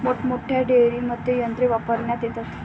मोठमोठ्या डेअरींमध्ये यंत्रे वापरण्यात येतात